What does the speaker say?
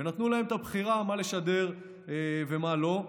ונתנו להם את הבחירה מה לשדר ומה לא.